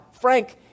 Frank